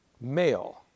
male